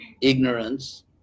ignorance